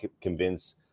convince